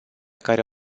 care